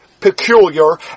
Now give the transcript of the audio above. peculiar